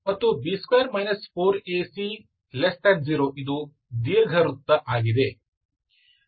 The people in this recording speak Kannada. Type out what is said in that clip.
ಮತ್ತು b2 4ac0 ಇದು ದೀರ್ಘವೃತ್ತ ಆಗಿದೆ